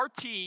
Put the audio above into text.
RT